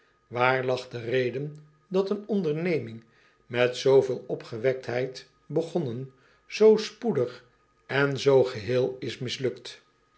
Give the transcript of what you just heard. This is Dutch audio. aar lag de reden dat een onderneming met zooveel opgewektheid begonnen zoo spoedig en zoo geheel is mislukt